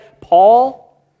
Paul